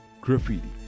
graffiti